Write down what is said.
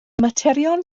materion